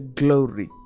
glory